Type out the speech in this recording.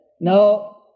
now